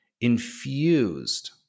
infused